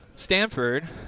Stanford